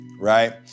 right